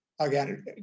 again